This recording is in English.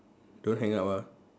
don't hang up ah